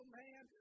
man